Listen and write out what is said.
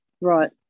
right